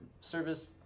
service